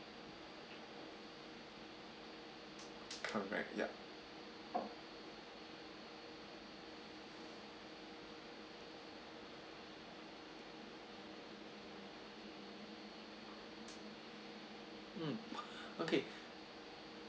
correct ya mm okay